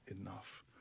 enough